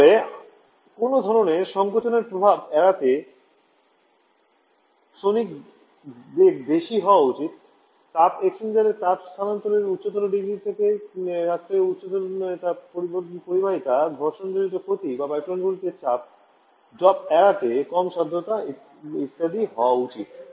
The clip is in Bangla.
তারপরে কোনও ধরণের সংকোচনের প্রভাব এড়াতে সোনিক বেগ বেশি হওয়া উচিত তাপ এক্সচেঞ্জারে তাপ স্থানান্তর উচ্চতর ডিগ্রি থাকতে উচ্চ তাপ পরিবাহিতা ঘর্ষণজনিত ক্ষতি বা পাইপলাইনগুলিতে চাপ ড্রপ এড়াতে কম সান্দ্র ইত্যাদি হওয়া উচিত